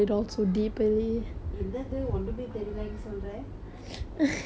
என்னது ஒன்னுமே தெரியலன்னு சொல்ற:ennathu onnume theryilannu solra